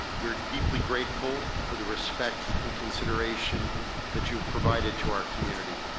we're deeply grateful for the respect and consideration that you've provided to our community,